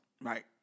Right